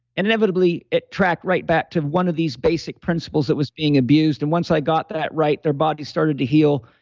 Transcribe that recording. and inevitably it tracked right back to one of these basic principles that was being abused. and once i got that right, their body started to heal.